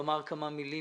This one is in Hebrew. לומר כמה מילים.